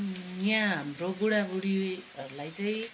यहाँ हाम्रो बुढा बुढीहरूलाई चाहिँ